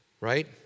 Right